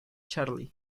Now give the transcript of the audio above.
charlie